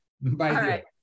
Bye